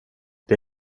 det